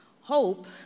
Hope